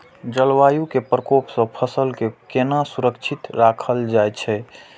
जलवायु के प्रकोप से फसल के केना सुरक्षित राखल जाय छै?